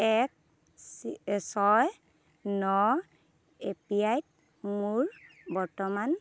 এক ছয় ন এ পি ৱাইত মোৰ বৰ্তমান